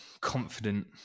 confident